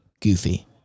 Goofy